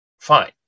fine